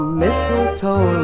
mistletoe